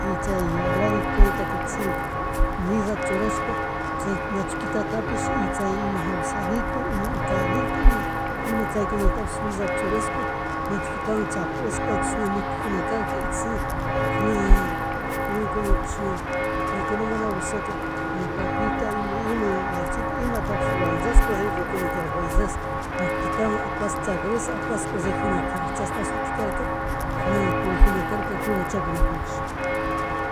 Y chay granitocodota kutin shinalatik mishapi chuyrashpa chayta machikitatapish y chay ima jabas yanitu ima ocalita ima, ima chaykunatapish meshapi churashpa machikitawan chpushpa chishna mikujunarkarka y chishna chishna peonkunanajup chishna paykunawan mana abanshasaka ima papita ima, ima aychita imatapish wanllashpa ridurkunakarka wanllash machikitawan apash chagrush apash rijuna karka chashna shuti karka, chashna purijunakarka kunan chaykunapipish